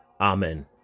Amen